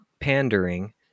pandering